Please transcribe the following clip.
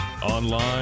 Online